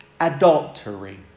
adultery